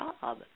job